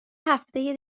هفته